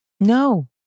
No